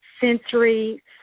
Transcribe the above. sensory